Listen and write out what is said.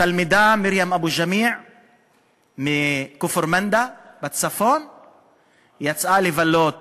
התלמידה מרים אבו ג'מיע מכפר-מנדא בצפון יצאה לבלות